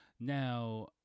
Now